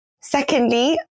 Secondly